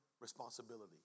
responsibility